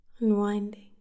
unwinding